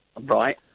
Right